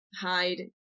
hide